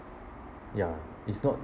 ya is not